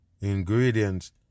ingredients